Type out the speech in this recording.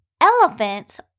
elephants